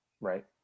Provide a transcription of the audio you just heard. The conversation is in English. Right